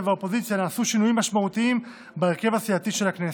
והאופוזיציה נעשו שינויים משמעותיים בהרכב הסיעתי של הכנסת.